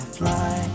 fly